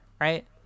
Right